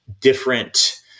different